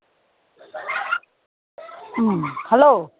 ꯎꯝ hello